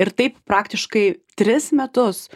ir taip praktiškai tris metus